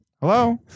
hello